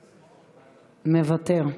מוותר.